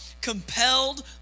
compelled